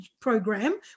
program